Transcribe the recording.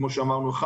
כמו שאמרנו,